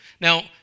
Now